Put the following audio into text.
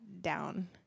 down